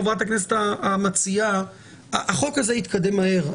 חברת הכנסת המציעה החוק הזה יתקדם מהר,